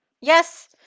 Yes